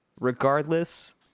regardless